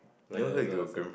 like there was one last time